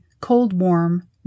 cold-warm